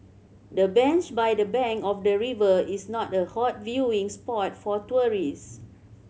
the bench by the bank of the river is not a hot viewing spot for tourists